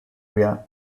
area